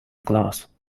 class